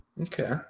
Okay